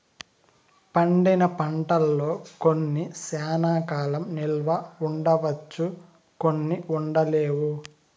పండిన పంటల్లో కొన్ని శ్యానా కాలం నిల్వ ఉంచవచ్చు కొన్ని ఉండలేవు